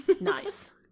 Nice